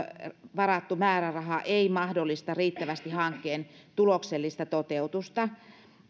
varattu määräraha ei mahdollista riittävästi hankkeen tuloksellista toteutusta